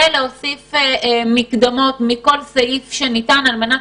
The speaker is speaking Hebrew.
ולהוסיף מקדמות מכל סעיף שניתן על מנת